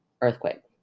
earthquake